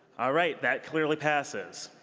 ah right. that clearly passes.